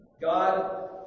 God